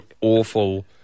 awful